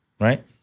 right